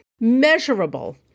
Measurable